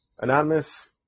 anonymous